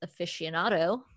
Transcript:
aficionado